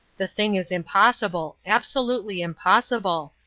the thing is impossible absolutely impossible.